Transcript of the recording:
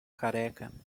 careca